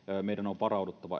meidän on varauduttava